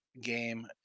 game